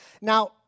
Now